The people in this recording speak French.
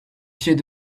pieds